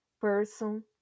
person